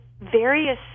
various